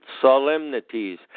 solemnities